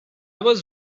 was